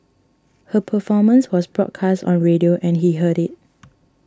her performance was broadcast on radio and he heard it